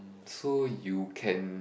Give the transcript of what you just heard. so you can